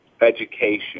education